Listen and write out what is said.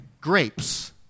grapes